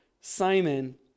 Simon